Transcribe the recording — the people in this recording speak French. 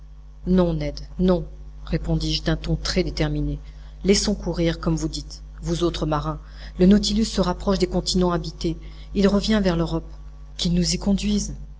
non ned non répondis-je d'un ton très déterminé laissons courir comme vous dites vous autres marins le nautilus se rapproche des continents habités il revient vers l'europe qu'il nous y conduise